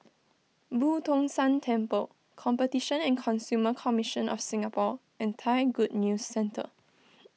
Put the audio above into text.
Boo Tong San Temple Competition and Consumer Commission of Singapore and Thai Good News Centre